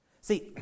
See